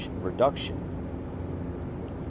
reduction